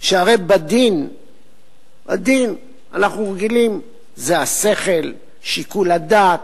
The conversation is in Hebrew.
שהרי בדין אנחנו רגילים לשכל, לשיקול הדעת.